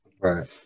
Right